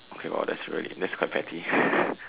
okay lor that's really that quite petty